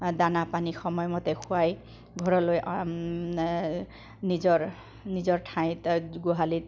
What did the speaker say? দানা পানী সময়মতে খুৱাই ঘৰলৈ নিজৰ নিজৰ ঠাইত গোহালিত